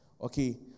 Okay